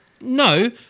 No